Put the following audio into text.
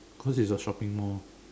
because it's a shopping mall